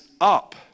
up